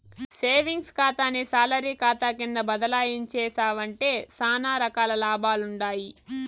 savings కాతాని salary కాతా కింద బదలాయించేశావంటే సానా రకాల లాభాలుండాయి